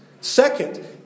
Second